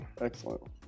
excellent